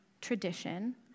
tradition